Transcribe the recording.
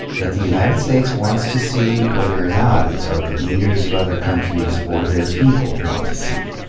that the united states wants to see, whether or not it's what the leaders of other countries, or their people, want to see.